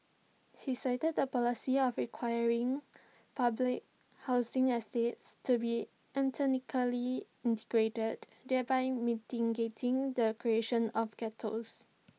he cited the policy of requiring public housing estates to be integrated thereby mitigating the creation of ghettos